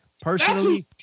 personally